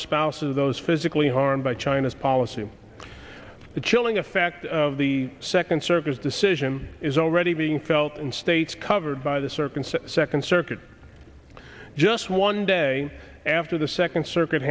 spouses of those physically harmed by china's policy the chilling effect of the second circuit decision is already being felt in states covered by the circus the second circuit just one day after the second circuit